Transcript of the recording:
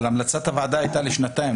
אבל המלצת הוועדה הייתה לשנתיים,